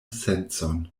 sencon